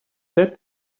sat